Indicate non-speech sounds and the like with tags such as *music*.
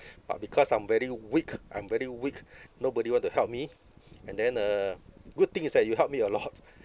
but because I'm very weak I'm very weak nobody want to help me and then uh good thing is that you help me a lot *laughs*